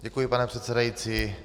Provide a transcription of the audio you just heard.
Děkuji, pane předsedající.